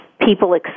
people